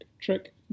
trick